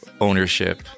ownership